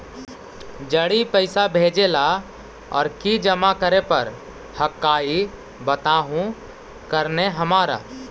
जड़ी पैसा भेजे ला और की जमा करे पर हक्काई बताहु करने हमारा?